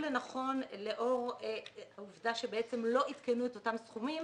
לאור העובדה שלא עדכנו את אותם סכומים